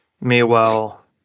Meanwhile